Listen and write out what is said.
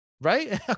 right